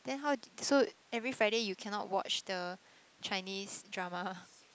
then how so every Friday you cannot watch the Chinese drama